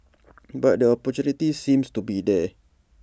but the opportunity seems to be there